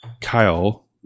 Kyle